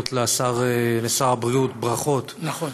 מגיעות לשר הבריאות ברכות, נכון.